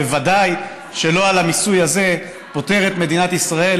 בוודאי שלא על המיסוי הזה פותרת מדינת ישראל